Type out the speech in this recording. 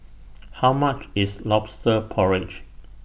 How much IS Lobster Porridge